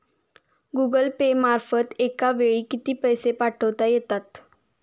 Google Pay मार्फत एका वेळी किती पैसे पाठवता येतात?